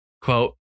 Quote